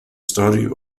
study